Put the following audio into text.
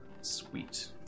Sweet